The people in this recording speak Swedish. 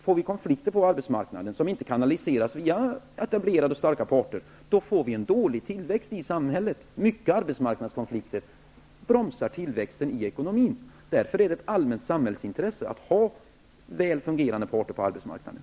Får vi konflikter på arbetsmarknaden som inte kanaliseras via starka och etablerade parter, får vi en dålig tillväxt i samhället. Alltför mycket av arbetsmarknadskonflikter bromsar tillväxten i ekonomin. Därför är det ett allmänt samhällsintresse att ha väl fungerande parter på arbetsmarknaden.